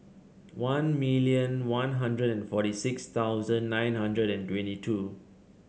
one million One Hundred and forty six thousand nine hundred and twenty two